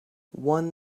one